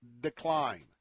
decline